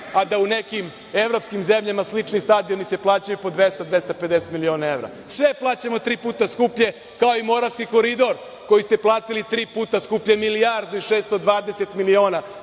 a da u nekim evropskim zemljama slični stadioni se plaćaju po 200, 250 miliona evra. Sve plaćamo tri puta skuplje, kao i Moravski koridor, koji ste platili tri puta skuplje, milijardu i 620 miliona,